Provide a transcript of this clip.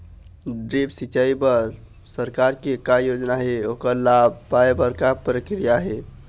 Drip सिचाई बर सरकार के का योजना हे ओकर लाभ पाय बर का प्रक्रिया हे?